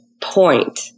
point